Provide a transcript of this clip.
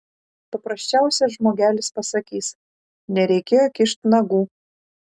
paprasčiausias žmogelis pasakys nereikėjo kišt nagų